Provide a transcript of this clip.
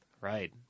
Right